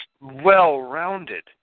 well-rounded